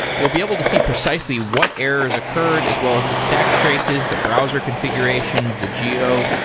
you'll be able to see precisely what errors occurred, as well as the stack traces, the browser configurations, the geo,